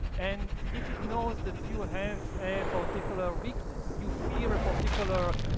and if it knows that you have a a particular weakness, you fear a particular,